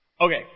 Okay